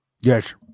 Yes